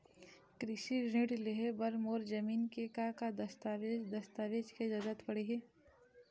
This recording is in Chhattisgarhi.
कृषि ऋण लेहे बर मोर जमीन के का दस्तावेज दस्तावेज के जरूरत पड़ही?